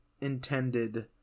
intended